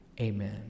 amen